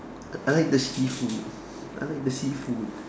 I like the seafood I like the seafood